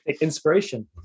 Inspiration